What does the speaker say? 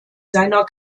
seiner